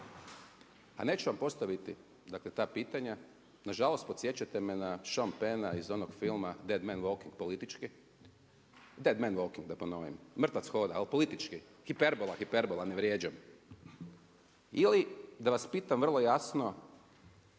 Pa neću vam postaviti dakle ta pitanja, nažalost podsjećate me na Sean Penna iz onog filma „Dead men walking“, politički, „Dead men walking“, da ponovim, „Mrtvac hoda“ ali politički, hiperbola, hiperbola, ne vrijeđam. Ili da vas pitam vrlo jasno,